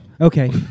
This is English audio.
Okay